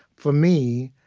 for me,